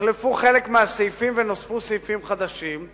חלק מהסעיפים הוחלפו ונוספו סעיפים חדשים,